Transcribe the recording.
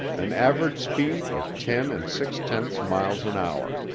an average speed of ten and six-tenths miles an hour.